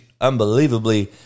unbelievably